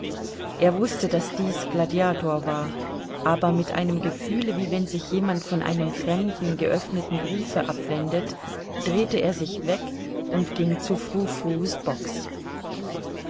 er wußte daß dies gladiator war aber mit einem gefühle wie wenn sich jemand von einem fremden geöffneten briefe abwendet drehte er sich weg und ging zu frou frous box